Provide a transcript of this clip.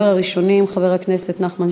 יש הסכמה.